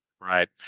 Right